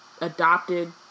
adopted